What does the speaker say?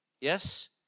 Yes